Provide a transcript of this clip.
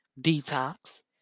detox